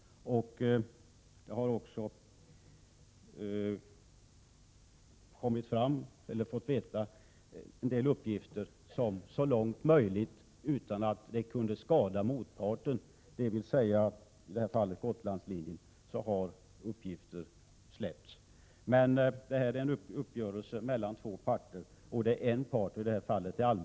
Jag har också fått veta att uppgifter som inte kunnat skada motparten, dvs. Gotlandslinjen, så långt möjligt har släppts ut. Det här är en uppgörelse mellan två parter där ena parten — i detta fall det — Prot.